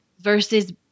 Versus